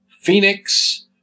Phoenix